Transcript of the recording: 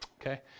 okay